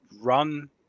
run